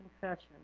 confession